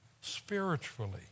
Spiritually